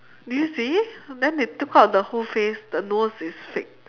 do you see then they took out the whole face the nose is fake